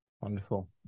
Wonderful